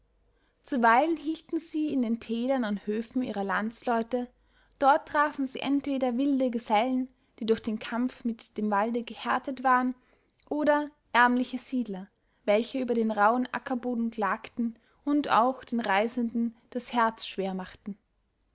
zuweilen hielten sie in den tälern an höfen ihrer landsleute dort trafen sie entweder wilde gesellen die durch den kampf mit dem walde gehärtet waren oder ärmliche siedler welche über den rauhen ackerboden klagten und auch den reisenden das herz schwer machten